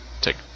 take